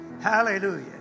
Hallelujah